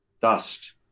dust